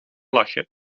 lachen